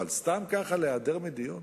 אבל סתם כך להיעדר מדיון?